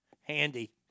handy